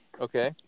Okay